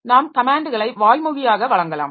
நாம் கமேன்ட்களை வாய்மொழியாக வழங்கலாம்